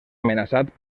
amenaçat